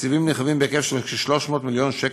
תקציבים נרחבים בהיקף של כ-300 מיליון שקל